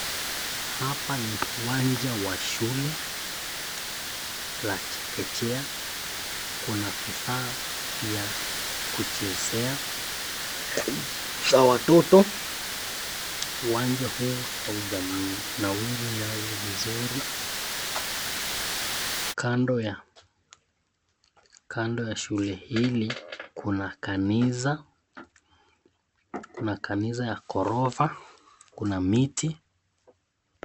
Hapa ni uwanja wa shule, la chekechea, kuna vifaa vya kuchezea, za watoto, uwanja huu haujanawiri nyasi vizuri, kando ya, kando ya shule hili, kuna kanisa, kuna kanisa ya gorofa, kuna miti...